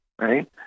right